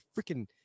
freaking